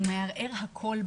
הוא מערער בנו הכול,